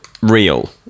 real